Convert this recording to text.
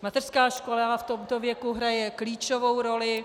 Mateřská škola v tomto věku hraje klíčovou roli.